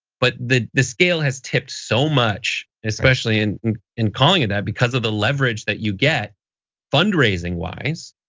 but the the scale has tipped so much, especially and in calling it that because of the leverage that you get fundraising wise,